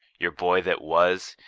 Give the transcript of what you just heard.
your boy that was,